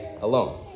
alone